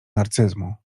narcyzmu